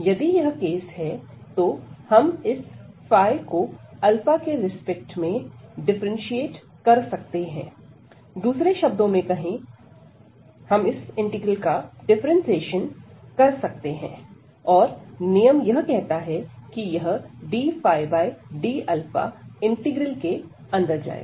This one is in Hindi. यदि यह केस है तो हम इस को के रिस्पेक्ट में डिफरेंटशिएट कर सकते हैं दूसरे शब्दों में हम इस इंटीग्रल का डिफरेंटशिएशन कर सकते हैं और नियम यह कहता है की यह dd इंटीग्रल के अंदर जाएगा